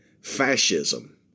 fascism